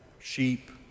sheep